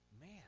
man